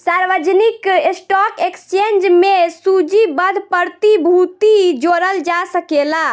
सार्वजानिक stock exchange में सूचीबद्ध प्रतिभूति जोड़ल जा सकेला